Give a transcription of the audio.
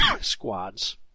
squads